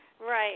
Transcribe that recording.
Right